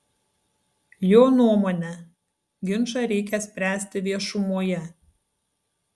jo nuomone ginčą reikia spręsti viešumoje